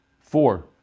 four